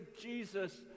Jesus